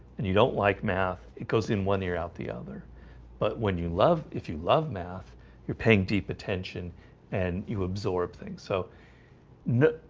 and you don't like math it goes in one ear out the other but when you love if you love math you're paying deep attention and you absorb things, so no